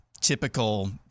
typical